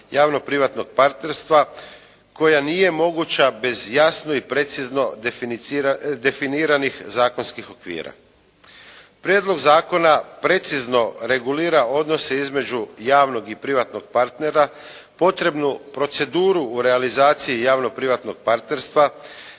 javno-privatnog partnerstva koja nije moguća bez jasno i precizno definiranih zakonskih okvira. Prijedlog zakona precizno regulira odnose između javnog i privatnog partnera, potrebnu proceduru u realizaciju javno-privatnog partnerstva